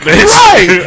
Right